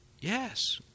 Yes